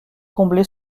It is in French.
combler